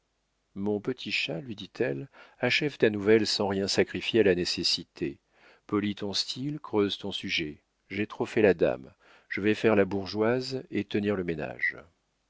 mon petit chat lui dit-elle achève ta nouvelle sans rien sacrifier à la nécessité polis ton style creuse ton sujet j'ai trop fait la dame je vais faire la bourgeoise et tenir le ménage